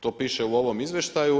To piše u ovom izvještaju.